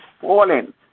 fallen